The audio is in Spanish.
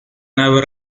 nave